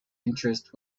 interest